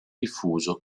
diffuso